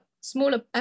smaller